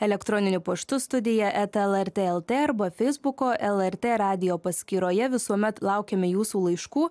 elektroniniu paštu studija eta lrt lt arba feisbuko lrt radijo paskyroje visuomet laukiame jūsų laiškų